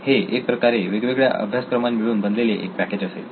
हे एक प्रकारे वेगवेगळ्या अभ्यासक्रमांमिळून बनलेले एक पॅकेज असेल